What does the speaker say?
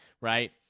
right